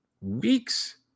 weeks